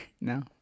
No